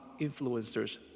influencers